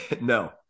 no